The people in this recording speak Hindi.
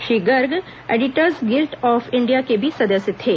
Shri Garg editors guild of India के भी सदस्य थे